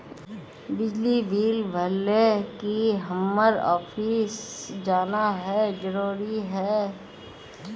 बिजली बिल भरे ले की हम्मर ऑफिस जाना है जरूरी है?